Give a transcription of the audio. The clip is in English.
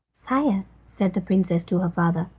sire, said the princess to her father,